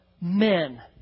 men